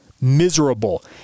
Miserable